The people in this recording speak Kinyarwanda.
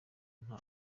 nta